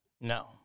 no